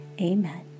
Amen